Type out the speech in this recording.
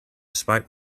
spite